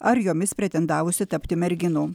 ar jomis pretendavusi tapti merginų